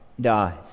dies